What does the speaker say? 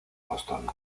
boston